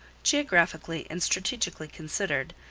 geographically and strategically considered,